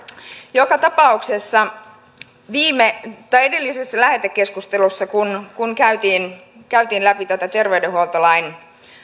joka tapauksessa edellisessä lähetekeskustelussa kun kun käytiin käytiin läpi tätä terveydenhuoltolain